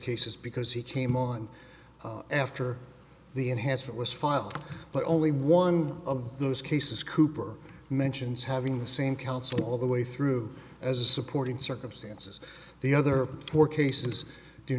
cases because he came on after the enhancement was filed but only one of those cases cooper mentions having the same counsel all the way through as a supporting circumstances the other four cases do